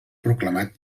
proclamat